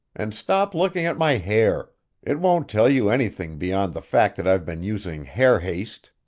and stop looking at my hair it won't tell you anything beyond the fact that i've been using hair-haste.